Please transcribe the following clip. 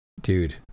Dude